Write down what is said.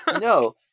No